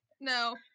no